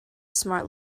smart